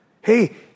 Hey